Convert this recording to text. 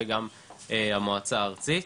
וגם המועצה הארצית.